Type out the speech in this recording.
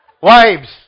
Wives